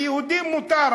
ליהודים מותר,